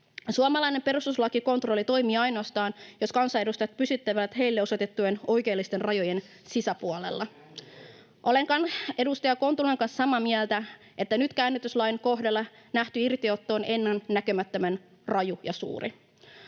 Suomalainen perustuslakikontrolli toimii ainoastaan, jos kansanedustajat pysyvät heille osoitettujen oikeudellisten rajojen sisäpuolella. [Heikki Vestman: Näin on toimittu!] Olen edustaja Kontulan kanssa samaa mieltä, että nyt käännytyslain kohdalla nähty irtiotto on ennennäkemättömän raju ja suuri.